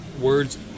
words